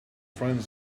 friend